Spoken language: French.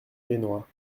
génois